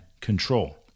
control